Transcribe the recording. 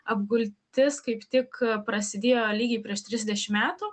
apgultis kaip tik prasidėjo lygiai prieš trisdešim metų